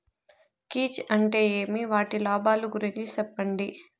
కీచ్ అంటే ఏమి? వాటి లాభాలు గురించి సెప్పండి?